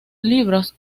libros